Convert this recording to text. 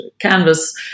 canvas